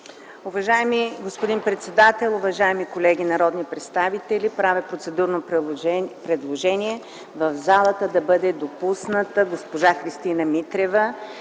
Уважаеми господин председател, уважаеми колеги народни представители! Правя процедурно предложение в пленарната зала да бъде допусната госпожа Христина Митрева